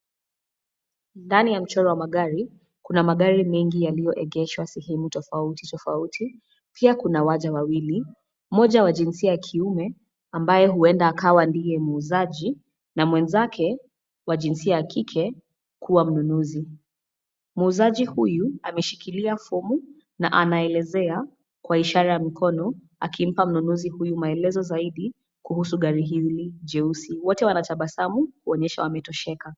Ndani ya mchoro wa magari, kuna magari mengi yaliyoegeshwa sehemu tofauti tofauti. Pia kuna waja wawili, moja wa jinsia ya kiume, ambaye huenda akawa ndiye muuzaji na mwenzake wa jinsia ya kike ,kuwa mnunuzi . Muuzaji huyu ameshikilia fomu na anaelezea kwa ishara ya mkono, akimpa mnunuzi huyu maelezo zaidi kuhusu gari hili jeusi. Wote wanatabasamu kuonyesha wametosheka.